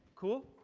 cool?